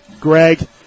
Greg